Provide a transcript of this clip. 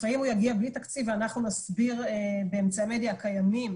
לפעמים הוא יגיע בלי תקציב ואנחנו נסביר באמצעי המדיה הקיימים